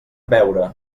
beure